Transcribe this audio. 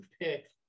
pick